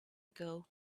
ago